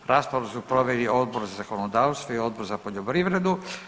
Raspravu su proveli Odbor za zakonodavstvo i Odbor za poljoprivredu.